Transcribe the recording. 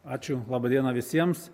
ačiū laba diena visiems